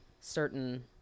certain